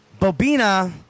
Bobina